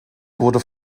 wurde